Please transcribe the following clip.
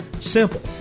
Simple